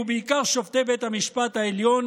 ובעיקר שופטי בית המשפט העליון,